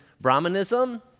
Brahmanism